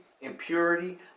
impurity